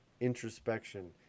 introspection